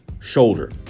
shoulder